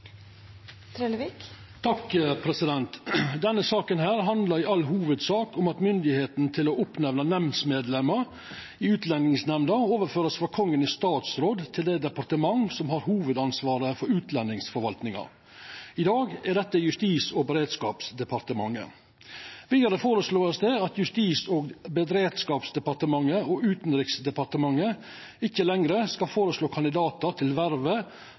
all hovudsak om at myndigheita til å utnemna nemndsmedlemmer i Utlendingsnemnda skal overførast frå Kongen i statsråd til det departementet som har hovudansvaret for utlendingsforvaltninga. I dag er det Justis- og beredskapsdepartementet. Vidare vert det føreslått at Justis- og beredskapsdepartementet og Utanriksdepartementet ikkje lenger skal føreslå kandidatar til